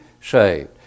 saved